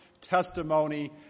testimony